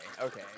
okay